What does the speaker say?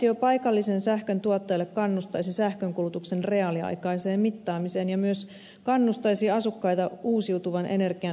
kompensaatio paikallisen sähkön tuottajalle kannustaisi sähkönkulutuksen reaaliaikaiseen mittaamiseen ja myös kannustaisi asukkaita uusiutuvan energian hyödyntämiseen